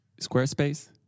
Squarespace